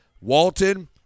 Walton